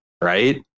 right